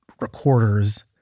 recorders